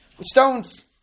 Stones